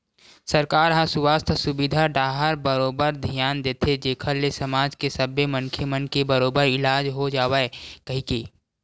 सरकार ह सुवास्थ सुबिधा डाहर बरोबर धियान देथे जेखर ले समाज के सब्बे मनखे मन के बरोबर इलाज हो जावय कहिके